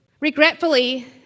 regretfully